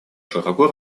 широко